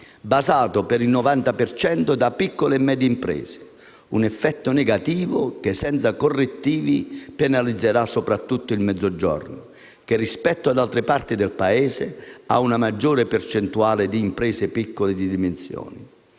basato per il 90 per cento su piccole e medie imprese. Si tratta di un effetto negativo che, senza correttivi, penalizzerà soprattutto il Mezzogiorno, che rispetto ad altre parti del Paese ha una maggiore percentuale di imprese di piccole dimensioni.